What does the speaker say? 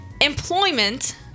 employment